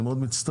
אני מאוד מצטער,